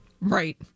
Right